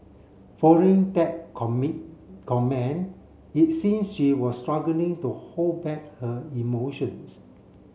following that comment it seem she was struggling to hold back her emotions